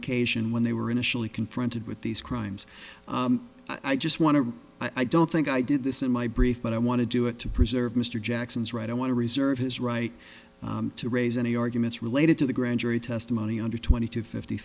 occasion when they were initially confronted with these crimes i just want to i don't think i did this in my brief but i want to do it to preserve mr jackson's right i want to reserve his right to raise any arguments related to the grand jury testimony under twenty to fifty